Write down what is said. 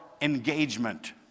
Engagement